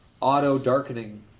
auto-darkening